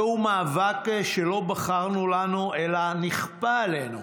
זהו מאבק שלא בחרנו לנו אלא הוא נכפה עלינו